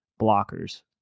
blockers